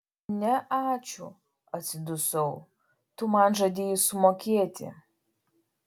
ne ačiū atsidusau tu man žadėjai sumokėti